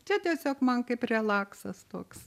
čia tiesiog man kaip relaksas toks